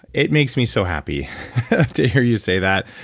it makes me so happy to hear you say that.